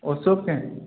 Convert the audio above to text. ଅଶୋକ କେଁ